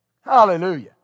Hallelujah